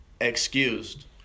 excused